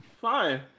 fine